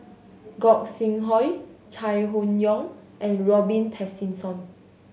Gog Sing Hooi Chai Hon Yoong and Robin Tessensohn